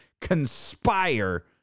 conspire